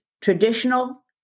traditional